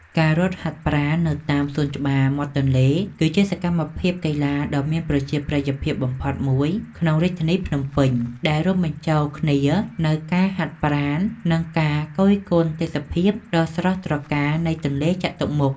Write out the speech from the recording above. ការរត់ហាត់ប្រាណនៅតាមសួនច្បារមាត់ទន្លេ គឺជាសកម្មភាពកីឡាដ៏មានប្រជាប្រិយភាពបំផុតមួយក្នុងរាជធានីភ្នំពេញ ដែលរួមបញ្ចូលគ្នានូវការហាត់ប្រាណ និងការគយគន់ទេសភាពដ៏ស្រស់ត្រកាលនៃទន្លេចតុមុខ។